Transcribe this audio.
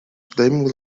dreams